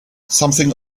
something